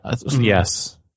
yes